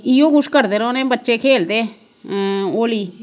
इ'यो कुछ करदे रौह्ने बच्चे खेल्लदे होली